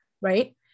right